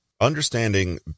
Understanding